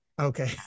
Okay